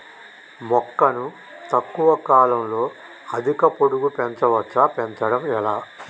మొక్కను తక్కువ కాలంలో అధిక పొడుగు పెంచవచ్చా పెంచడం ఎలా?